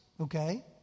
okay